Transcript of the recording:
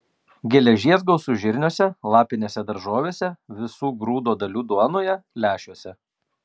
geležies gausu žirniuose lapinėse daržovėse visų grūdo dalių duonoje lęšiuose